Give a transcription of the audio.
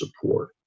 support